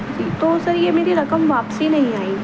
جی تو سر یہ میری رقم واپسی نہیں آئی